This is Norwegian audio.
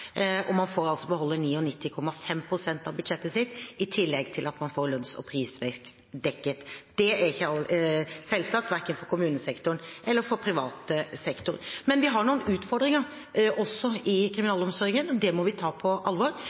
og mer innovativt. Man får altså beholde 99,5 pst. av budsjettet sitt i tillegg til at man får lønns- og prisvekst dekket. Det er det ikke selvsagt verken for kommunesektoren eller for privat sektor. Vi har noen utfordringer også i kriminalomsorgen. Det må vi ta på alvor.